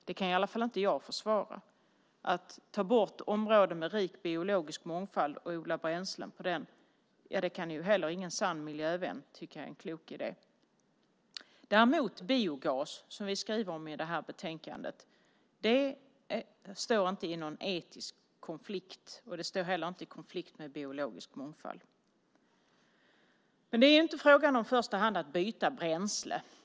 Det kan i alla fall inte jag försvara. Att ta bort områden med rik biologisk mångfald och odla bränsle på den kan heller ingen sann miljövän tycka är en klok idé. Däremot biogas, som vi skriver om i det här betänkandet, står inte i någon etisk konflikt, och det står heller inte i konflikt med biologisk mångfald. Men det är inte i första hand fråga om att byta bränsle.